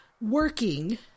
working